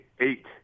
eight